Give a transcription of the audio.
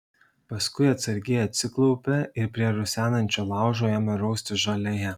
paskui atsargiai atsiklaupė ir prie rusenančio laužo ėmė raustis žolėje